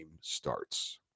starts